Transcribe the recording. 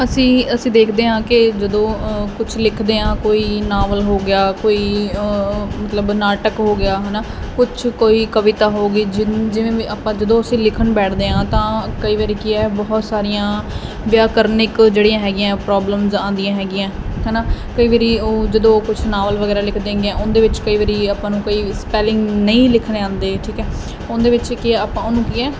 ਅਸੀਂ ਅਸੀਂ ਦੇਖਦੇ ਹਾਂ ਕਿ ਜਦੋਂ ਕੁਝ ਲਿਖਦੇ ਆਂ ਕੋਈ ਨਾਵਲ ਹੋ ਗਿਆ ਕੋਈ ਮਤਲਬ ਨਾਟਕ ਹੋ ਗਿਆ ਹਨਾ ਕੁਝ ਕੋਈ ਕਵਿਤਾ ਹੋ ਗਈ ਜਿਵੇਂ ਜਿਵੇਂ ਵੀ ਆਪਾਂ ਜਦੋਂ ਅਸੀਂ ਲਿਖਣ ਬੈਠਦੇ ਆਂ ਤਾਂ ਕਈ ਵਾਰੀ ਕੀ ਐ ਬਹੁਤ ਸਾਰੀਆਂ ਵਿਆਕਰਨਿਕ ਜਿਹੜੀਆਂ ਹੈਗੀਆਂ ਪ੍ਰੋਬਲਮਸ ਆਉਂਦੀਆਂ ਹੈਗੀਆਂ ਹਨਾ ਕਈ ਵਾਰੀ ਉਹ ਜਦੋਂ ਕੁਝ ਨਾਵਲ ਵਗੈਰਾ ਲਿਖਦੇ ਹੈਗੇ ਆ ਉਹਦੇ ਵਿੱਚ ਕਈ ਵਾਰੀ ਆਪਾਂ ਨੂੰ ਕਈ ਸਪੈਲਿੰਗ ਨਹੀਂ ਲਿਖਣੇ ਆਉਂਦੇ ਠੀਕ ਐ ਉਹਦੇ ਵਿੱਚ ਕਿ ਆਪਾਂ ਉਹਨੂੰ ਕੀ ਐ